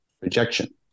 rejection